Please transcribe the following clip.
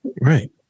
Right